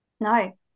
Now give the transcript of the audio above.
No